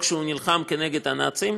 כשהוא נלחם כנגד הנאצים.